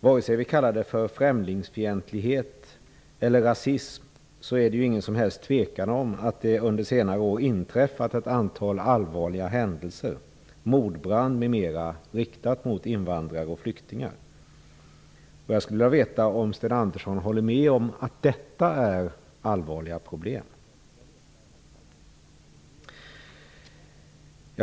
Vare sig vi kallar det för främlingsfientlighet eller rasism är det ingen som helst tvekan om att det under senare år har inträffat ett antal allvarliga händelser, mordbränder m.m., riktat mot invandrare och flyktingar. Jag skulle vilja veta om Sten Andersson håller med om att detta är allvarliga problem.